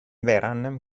vehrehan